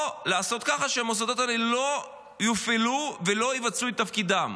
או שהמוסדות האלה לא יופעלו ולא יבצעו את תפקידם.